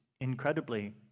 incredibly